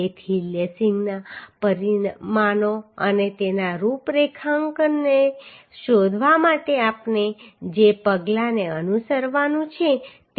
તેથી લેસિંગના પરિમાણો અને તેના રૂપરેખાંકનને શોધવા માટે આપણે જે પગલાંને અનુસરવાનું છે તે છે